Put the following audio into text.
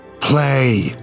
Play